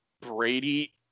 Brady